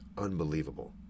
unbelievable